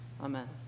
Amen